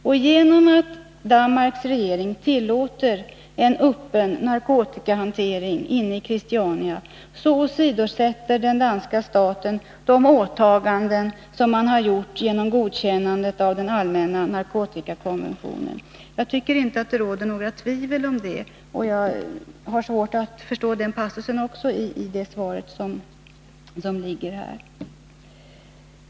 På grund av att Danmarks regering tillåter en öppen narkotikahantering inne i Christiania så åsidosätter den danska staten de åtaganden man gjort genom godkännande av den allmänna narkotikakonventionen. Jag tycker inte att det råder några tvivel om det. Och jag har svårt att förstå också passusen om detta i svaret.